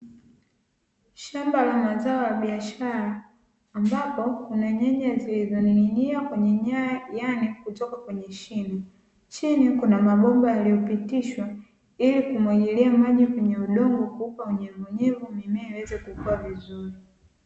Shamba la mazao ya biashara ambapo kuna nyanya, zilizoning'inia kwenye nyaya yaani kutoka kwenye shino chini kuna mabomba yaliyopitishwa ili kumwagilia maji kwenye udongo kuupa unyevunyevu mimea iweze kukaa vizuri.